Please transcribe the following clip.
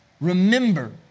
remember